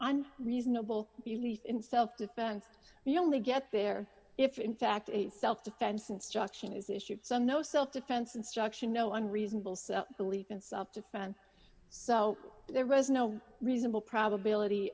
on reasonable belief in self defense you only get there if in fact a self defense instruction is issued some no self defense instruction no one reasonable so believe in self defense so there was no reasonable probability